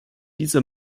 dieser